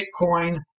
Bitcoin